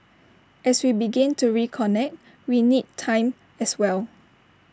as we begin to reconnect we need time as well